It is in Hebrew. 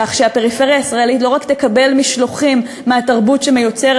כך שהפריפריה הישראלית לא רק תקבל משלוחים מהתרבות שמיוצרת